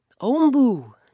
Ombu